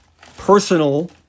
personal